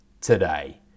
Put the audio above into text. today